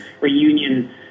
reunion